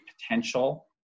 potential